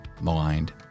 maligned